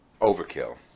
overkill